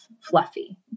fluffy